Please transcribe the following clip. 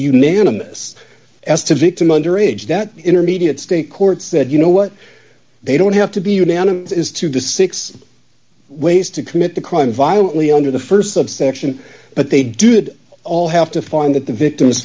unanimous s to victim under age that intermediate state court said you know what they don't have to be unanimous as to the six ways to commit the crime violently under the st subsection but they do would all have to find that the victim